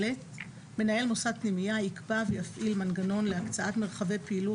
מנהל מוסד פנימייה יקבע ויפעיל מנגנון להקצאת מרחבי פעילות